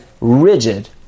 rigid